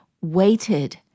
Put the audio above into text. waited